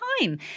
time